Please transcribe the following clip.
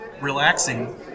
relaxing